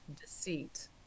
deceit